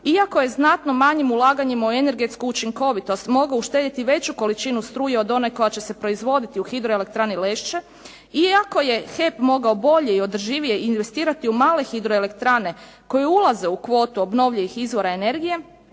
iako je znatno manjim ulaganjima u energetsku učinkovitost mogao uštedjeti veću količinu struje od one koja će se proizvoditi u Hidroelektrani Lešće, iako je HEP mogao bolje i održivije investirati u male hidroelektrane koje ulaze u kvotu obnovljivih izvora energije